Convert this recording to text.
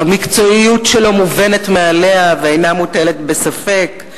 המקצועיות שלו מובנת מאליה ואינה מוטלת בספק,